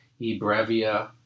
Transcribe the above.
eBrevia